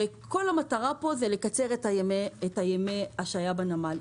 כל המטרה היא לקצר את ימי ההשהיה בנמל.